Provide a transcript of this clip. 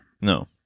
No